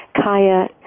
Kaya